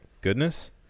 goodness